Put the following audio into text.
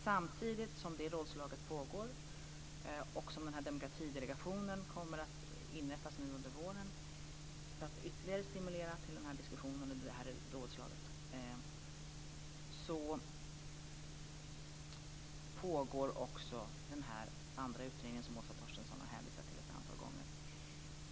Samtidigt som rådslaget pågår och samtidigt som Demokratidelegationen nu under våren inrättas för att ytterligare stimulera till den här diskussionen och det här rådslaget pågår den utredning som Åsa Torstensson ett antal gånger har hänvisat till.